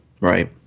Right